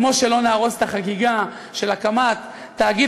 כמו שלא נהרוס את החגיגה של הקמת תאגיד